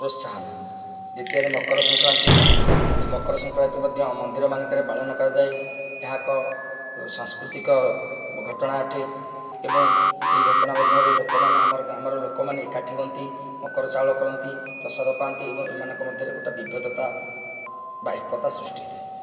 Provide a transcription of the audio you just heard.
ପ୍ରୋତ୍ସାହନ ଦ୍ଵିତୀୟରେ ମକରସଂକ୍ରାନ୍ତି ମକରସଂକ୍ରାନ୍ତି ମଧ୍ୟ ମନ୍ଦିରମାନଙ୍କରେ ପାଳନ କରାଯାଏ ଏହା ଏକ ସାଂସ୍କୃତିକ ଘଟଣା ଅଟେ ଏବଂ ଏହି ଘଟଣା ମଧ୍ୟରେ ଲୋକମାନେ ଆମର ଗ୍ରାମର ଲୋକମାନେ ଏକାଠି ହୁଅନ୍ତି ମକର ଚାଉଳ କରନ୍ତି ପ୍ରସାଦ ପାଆନ୍ତି ଏବଂ ଏମାନଙ୍କ ମଧ୍ୟରେ ଗୋଟିଏ ବିଭେଦତା ବା ଏକତା ସୃଷ୍ଟି ହୋଇଥାଏ